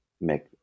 make